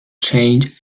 change